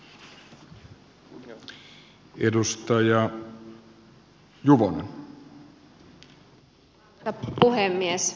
herra puhemies